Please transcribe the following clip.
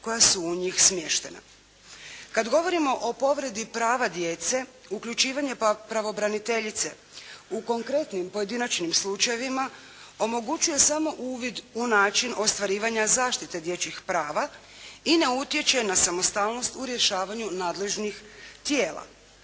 koja su u njih smještena. Kada govorimo o povredi prava djece, uključivanje pravobraniteljice u konkretnim pojedinačnim slučajevima omogućuje samo uvid u način ostvarivanja zaštite dječjih prava i ne utječe na samostalnost u rješavanju nadležnih tijela,